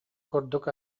курдук